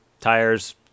tires